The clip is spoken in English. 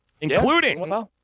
including